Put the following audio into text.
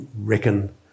reckon